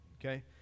okay